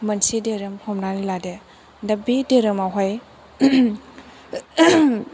मोनसे धोरोम हमनानै लादो दा बे धोरोमावहाय